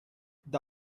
the